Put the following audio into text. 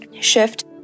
shift